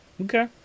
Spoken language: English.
Okay